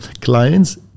clients